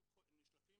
נשלפים